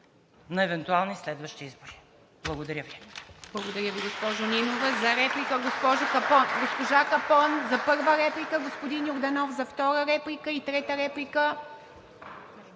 на евентуални следващи избори. Благодаря Ви.